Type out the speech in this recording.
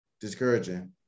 discouraging